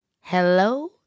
Hello